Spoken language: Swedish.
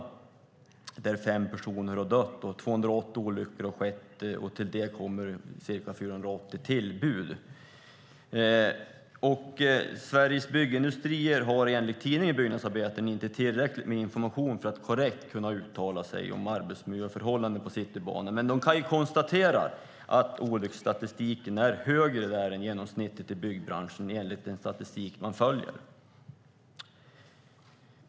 Det är 5 personer som har dött. 280 olyckor har skett, och till det kommer ca 480 tillbud. Sveriges Byggindustrier har enligt tidningen Byggnadsarbetaren inte tillräckligt med information för att korrekt kunna uttala sig om arbetsmiljöförhållandena på Citybanan, men de kan enligt den statistik man följer konstatera att olycksstatistiken är högre där än genomsnittet i byggbranschen.